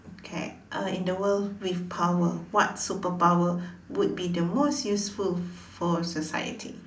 okay uh in the world with power what superpower would be the most useful for society